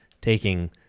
taking